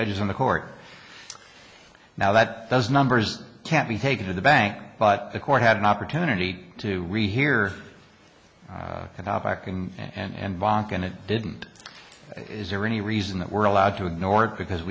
judges on the court now that those numbers can't be taken to the bank but the court had an opportunity to rehear cannot biking and bonk and it didn't is there any reason that we're allowed to ignore it because